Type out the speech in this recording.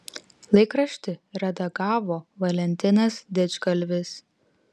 laikraštį redagavo valentinas didžgalvis